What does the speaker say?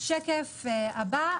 השקף הבא,